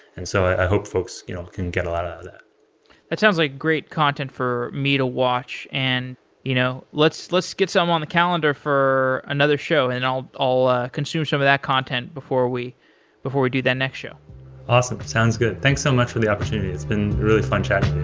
and so i hope folks you know can get a lot out of that it sounds like great content for me to watch. and you know let's let's get some on the calendar for another show and i'll ah consume some of that content before we before we do the next show awesome. sounds good. thanks so much for the opportunity. it's been really fun chatting